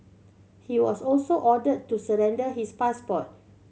he was also ordered to surrender his passport